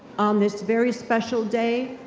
on this very special day,